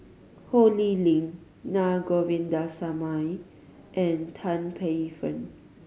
Ho Lee Ling Na Govindasamy and Tan Paey Fern